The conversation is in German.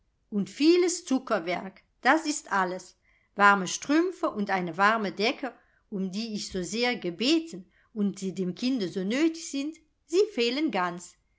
und vieles zuckerwerk das ist alles warme strümpfe und eine warme decke um die ich so sehr gebeten und die dem kinde so nötig sind sie fehlen ganz